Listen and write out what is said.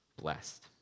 blessed